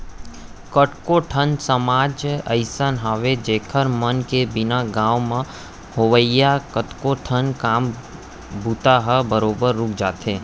कतको ठन समाज अइसन हावय जेखर मन के बिना गाँव म होवइया कतको ठन काम बूता ह बरोबर रुक जाथे